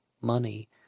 money